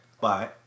bye